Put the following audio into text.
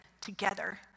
together